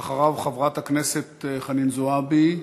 אחריו חברת הכנסת חנין זועבי,